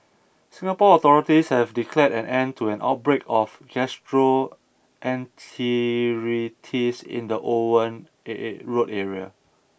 Singapore authorities have declared an end to an outbreak of gastroenteritis in the Owen Road area